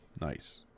Nice